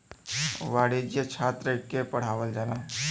वाणिज्य छात्र के पढ़ावल जाला